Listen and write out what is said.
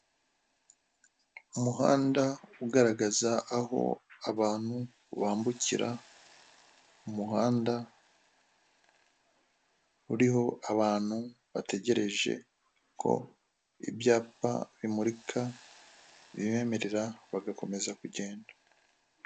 Umuhanda ugaragaza aho abantu bambukira, umuhanda uriho abantu bategereje ko ibyapa bimurika bibemerera bagakomeza kugenda.